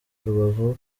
rubavu